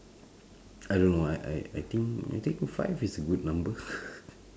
I don't know I I I think I think five is a good number